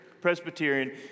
Presbyterian